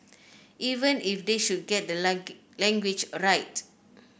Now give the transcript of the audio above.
even if they should get the language a right